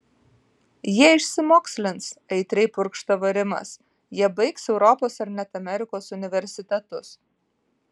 jie išsimokslins aitriai purkštavo rimas jie baigs europos ar net amerikos universitetus